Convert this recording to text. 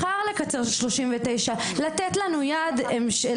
מחר יקוצר, לתת לנו יעד המשך.